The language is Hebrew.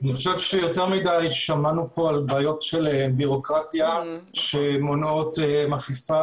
אני חושב שיותר מדי שמענו פה על בעיות של בירוקרטיה שמונעות אכיפה